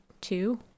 two